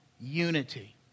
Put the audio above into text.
unity